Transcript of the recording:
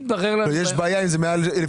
אבל יש בעיה אם זה מעל שליש.